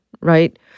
right